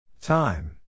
Time